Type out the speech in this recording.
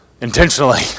intentionally